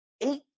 eight